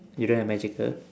you don't have magical